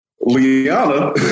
Liana